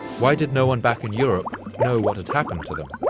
why did no one back in europe know what had happened to them?